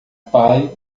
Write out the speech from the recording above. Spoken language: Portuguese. pai